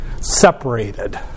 separated